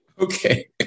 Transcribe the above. Okay